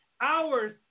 hours